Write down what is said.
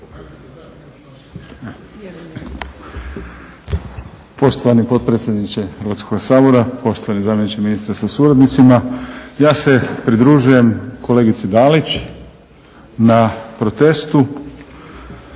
Poštovani potpredsjedniče Hrvatskoga sabora, poštovani zamjeniče ministra sa suradnicima ja se pridružujem kolegici Dalić na protestu.